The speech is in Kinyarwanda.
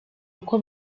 uko